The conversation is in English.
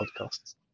podcasts